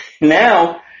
now